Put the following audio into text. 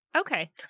Okay